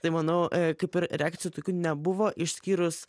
tai manau kaip ir reakcijų tokių nebuvo išskyrus